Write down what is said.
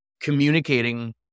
communicating